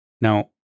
Now